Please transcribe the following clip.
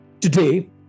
Today